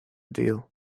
deal